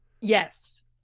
Yes